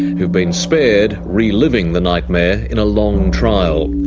who've been spared reliving the nightmare in a long trial.